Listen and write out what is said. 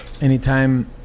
anytime